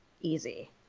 easy